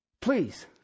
Please